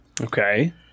Okay